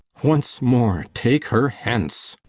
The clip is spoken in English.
once more, take her hence.